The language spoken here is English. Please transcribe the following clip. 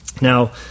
Now